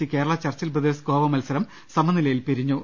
C Kerala Churchill Brothers Goa മത്സരം സമനിലയിൽ പിരിഞ്ഞു